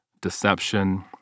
deception